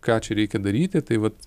ką čia reikia daryti tai vat